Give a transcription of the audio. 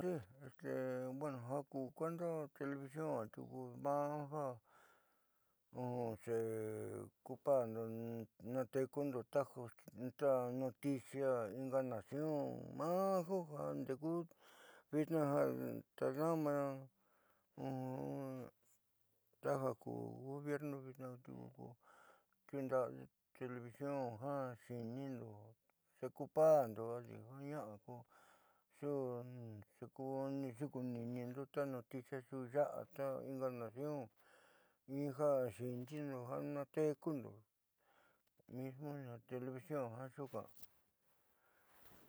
Bueno ja ku televisión tiuku tna'a jiaa xeocupando naateekundo ta noticia inga nación maá jiaa jandeeku vitnaa ja tadaama ta ja ku gorbierno vitnaa atiu ndovindo televisión jaxi'inindo xeocuparndo adi jaña'a ko xukuninindo ta noticia xuuya'a ta inga nación in jaxinindo nateekundo mismo televisión xuuka'an.